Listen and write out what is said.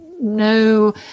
no